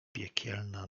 piekielna